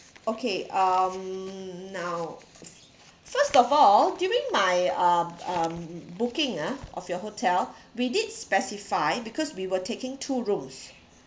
okay um now first of all during my uh um booking ah of your hotel we did specify because we were taking two rooms